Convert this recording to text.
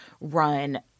run